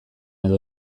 edo